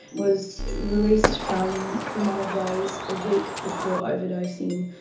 was released from from one of those a week before overdosing,